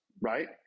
right